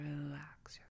Relax